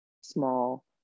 small